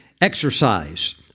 exercise